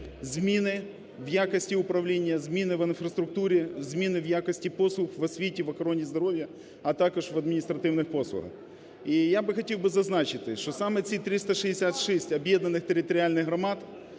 зміни в якості управління, зміни в інфраструктурі, зміни в якості послуг, в освіті, в охороні здоров'я, а також в адміністративних послугах. І я би хотів би зазначити, що саме ці 366 об'єднаних територіальних громад,